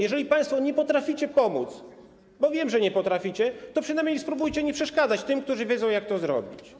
Jeżeli państwo nie potraficie pomóc, bo wiem, że nie potraficie, to przynajmniej spróbujcie nie przeszkadzać tym, którzy wiedzą, jak to zrobić.